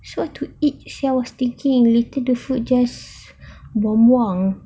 sure to eat I was thinking later the food just buang buang